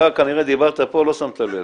אתה כנראה דיברת פה, לא שמת לב.